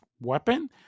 Weapon